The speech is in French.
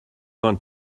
vingt